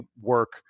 work